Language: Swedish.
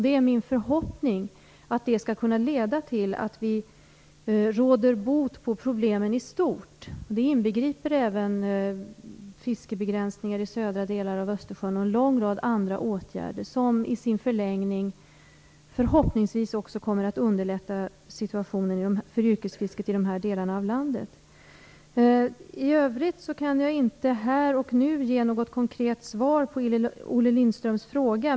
Det är min förhoppning att det skall kunna leda till att vi råder bot på problemen i stort. Det inbegriper även fiskebegränsningar i södra delarna av Östersjön och en lång rad andra åtgärder som i sin förlängning förhoppningsvis också kommer att underlätta situationen för yrkesfisket i de här delarna av landet. I övrigt kan jag inte här och nu ge något konkret svar på Olle Lindströms fråga.